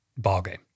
ballgame